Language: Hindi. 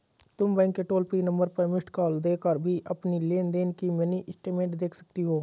तुम बैंक के टोल फ्री नंबर पर मिस्ड कॉल देकर भी अपनी लेन देन की मिनी स्टेटमेंट देख सकती हो